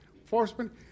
enforcement